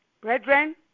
Brethren